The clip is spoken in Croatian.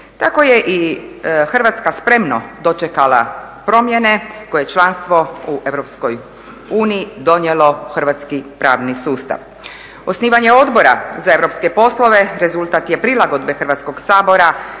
Tako je i Hrvatska spremno dočekala promjene koje je članstvo u Europskoj uniji donijelo u hrvatski pravni sustav. Osnivanje Odbora za europske poslove rezultat je prilagodbe Hrvatskoga sabora